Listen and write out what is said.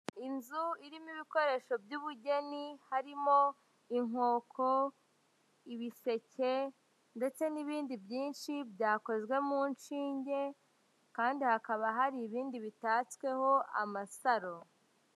Inzu irimo ibikoresho by'ubugeni, harimo inkoko, ibisheke, ndetse n'ibindi byinshi byakozwe mu nshinge, kandi hakaba hari ibindi bitatsweho amasaro.